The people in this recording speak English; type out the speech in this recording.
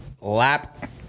lap